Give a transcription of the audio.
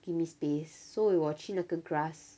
give me space 所以我去那个 grass